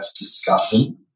discussion